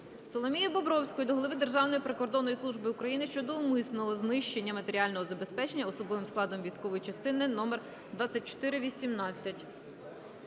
Соломії Бобровської до голови Державної прикордонної служби України щодо умисного знищення матеріального забезпечення особовим складом військової частини № 2418.